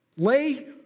Lay